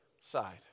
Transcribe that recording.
side